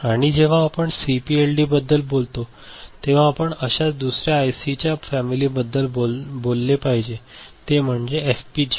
आणि जेव्हा आपण सीपीएलडीबद्दल बोलतो तेव्हा आपण अशाच दुसर्या आयसी च्या फॅमिली बद्दल बोलले पाहिजेते म्हणजे एफपीजीए